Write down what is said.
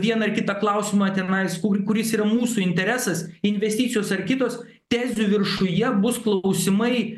vieną ar kitą klausimą tenais kur kuris yra mūsų interesas investicijos ar kitos tezių viršuje bus klausimai